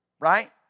Right